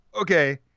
Okay